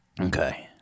Okay